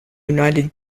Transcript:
united